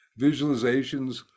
visualizations